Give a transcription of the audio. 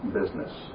business